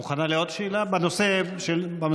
את מוכנה לעוד שאלה בנושא המדובר?